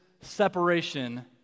separation